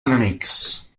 enemics